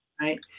right